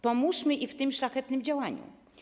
Pomóżmy im w tym szlachetnym działaniu.